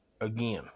again